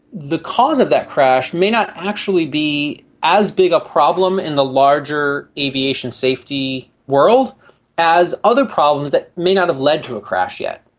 the cause of that crash may not actually be as big a problem in the larger aviation safety world as other problems that may not have led to a crash yet.